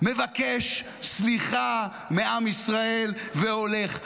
מבקש סליחה מעם ישראל והולך.